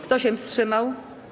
Kto się wstrzymał?